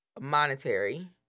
monetary